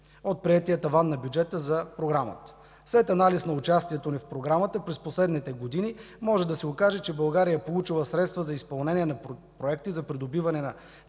от приетия таван на бюджета за Програмата. След анализ за участието ни в Програмата през последните години може да се окаже, че България е получила средства за изпълнение на проекти за придобиване на